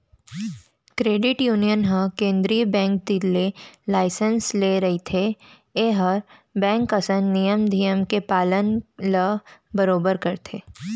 credit union ह केंद्रीय bank तीर ले लाइसेंस ले रहिथे ए ह बेंक असन नियम धियम के पालन ल बरोबर करथे